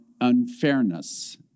unfairness